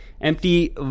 empty